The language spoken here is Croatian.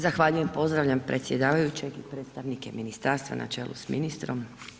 Zahvaljujem pozdravljam predsjedavajućeg, predstavnike ministarstva načelom s ministrom.